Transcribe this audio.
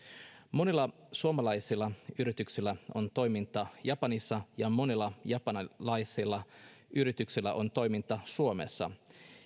monilla suomalaisilla yrityksillä on toimintaa japanissa ja monilla japanilaisilla yrityksillä on toimintaa suomessa